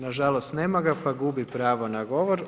Nažalost nema ga pa gubi pravo na govor.